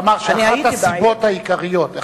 הוא אמר: אחת הסיבות העיקריות.